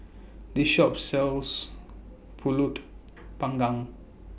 This Shop sells Pulut Panggang